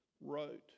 wrote